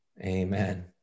Amen